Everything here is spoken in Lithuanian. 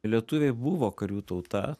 lietuviai buvo karių tauta